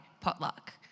potluck